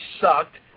sucked